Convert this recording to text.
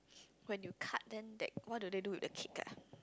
when you cut then that what do they do with the cake ah